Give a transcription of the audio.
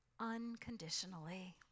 unconditionally